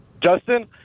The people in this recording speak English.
Justin